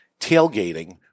tailgating